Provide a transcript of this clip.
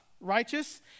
righteous